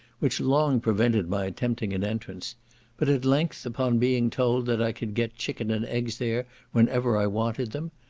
which long prevented my attempting an entrance but at length, upon being told that i could get chicken and eggs there whenever i wanted them,